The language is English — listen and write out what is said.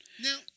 Now